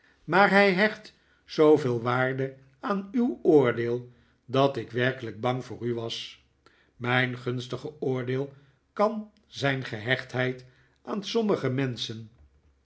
maar hij hecht zooveel waarde aan uw oordeel dat ik werkelijk bang voor u was mijn gunstige oordeel kan zijn gehechtheid aan sommige menschen